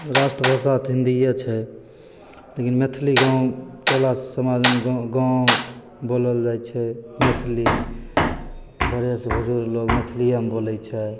राष्ट्रभाषा तऽ हिन्दिए छै लेकिन मैथिली गाम टोला समाजमे गऽ गाम बोलल जाइ छै मैथिली बड़े सभ बुजुर्ग लोक मैथिलिएमे बोलै छै